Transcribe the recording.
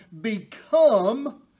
become